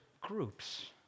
groups